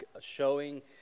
showing